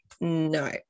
no